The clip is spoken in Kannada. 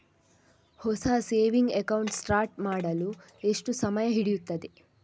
ಹೊಸ ಸೇವಿಂಗ್ ಅಕೌಂಟ್ ಸ್ಟಾರ್ಟ್ ಮಾಡಲು ಎಷ್ಟು ಸಮಯ ಹಿಡಿಯುತ್ತದೆ?